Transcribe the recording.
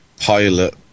pilot